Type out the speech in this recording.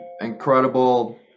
incredible